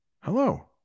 hello